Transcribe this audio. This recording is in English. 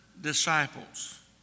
disciples